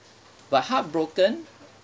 but heartbroken